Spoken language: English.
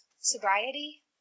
sobriety